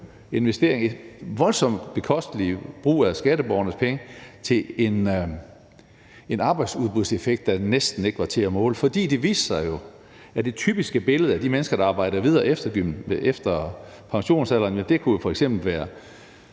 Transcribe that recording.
investering og en voldsomt bekostelig brug af skatteborgernes penge på en arbejdsudbudseffekt, der næsten ikke var til at måle. For det viste sig jo, at det typiske billede af de mennesker, der arbejder videre efter pensionsalderen, f.eks. kunne være